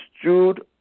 stood